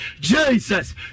Jesus